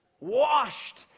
washed